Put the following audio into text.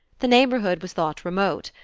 the neighbourhood was thought remote,